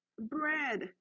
bread